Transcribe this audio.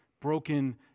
Broken